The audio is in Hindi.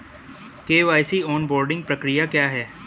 के.वाई.सी ऑनबोर्डिंग प्रक्रिया क्या है?